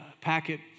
packet